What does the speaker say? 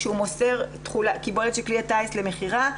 כשהוא מוסר קיבולת של כלי הטיס למכירה,